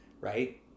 right